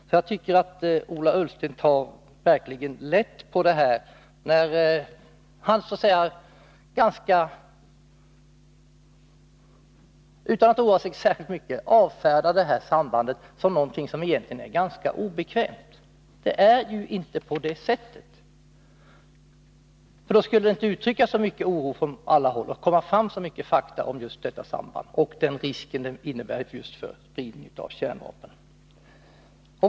Ola Ullsten tar alltså verkligen lätt på frågan, när han utan att oroa sig särskilt mycket avfärdar detta samband som någonting som egentligen är ganska obekvämt. Det är ju inte på det sättet. Om det vore så, skulle det inte uttryckas så mycken oro från alla håll och komma fram så många fakta om sambandet och den risk det innebär för spridningen av kärnvapen.